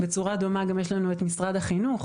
בצורה דומה גם יש לנו את משרד החינוך